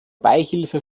beihilfe